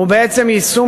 הוא בעצם יישום,